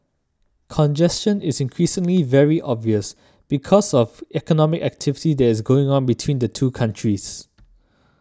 congestion is increasingly very obvious because of economic activity that is going on between the two countries